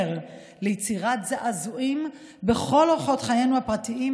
ליצירת זעזועים בכל אורחות חיינו הפרטיים,